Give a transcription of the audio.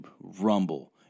Rumble